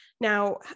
Now